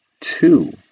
two